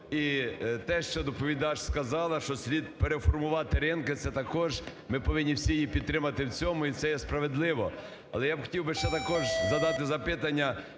І те, що доповідач сказала, що слід переформувати ринки, це також ми повинні всі її підтримати в цьому і це є справедливо. Але я хотів би ще також задати запитання,